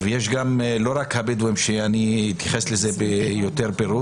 זה לא רק הבדואים ואני אתייחס לזה בפירוט